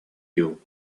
you